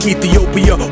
Ethiopia